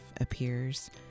appears